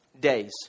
days